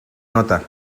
nota